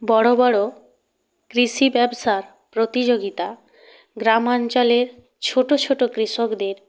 বড়ো বড়ো কৃষি ব্যবসার প্রতিযোগিতা গ্রামাঞ্চলের ছোটো ছোটো কৃষকদের